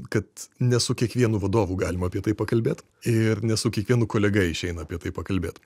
kad ne su kiekvienu vadovu galima apie tai pakalbėt ir ne su kiekvienu kolega išeina apie tai pakalbėt